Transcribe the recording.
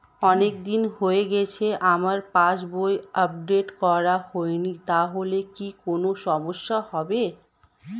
অনেকদিন হয়ে গেছে আমার পাস বই আপডেট করা হয়নি তাহলে কি কোন সমস্যা হবে?